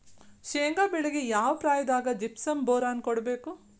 ಶೇಂಗಾ ಬೆಳೆಗೆ ಯಾವ ಪ್ರಾಯದಾಗ ಜಿಪ್ಸಂ ಬೋರಾನ್ ಕೊಡಬೇಕು?